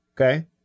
Okay